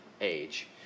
Age